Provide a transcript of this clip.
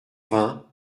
vingt